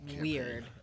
Weird